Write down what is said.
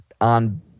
on